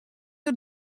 der